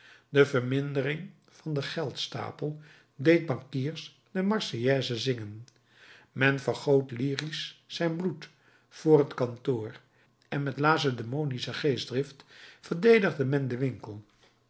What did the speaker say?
de vermindering van den geldstapel deed bankiers de marseillaise zingen men vergoot lyrisch zijn bloed voor het kantoor en met lacedemonische geestdrift verdedigde men den winkel